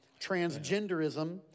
transgenderism